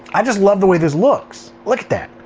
i just love the way this looks! look at that.